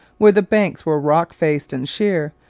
where the banks were rock-faced and sheer,